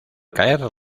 caer